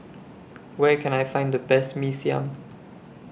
Where Can I Find The Best Mee Siam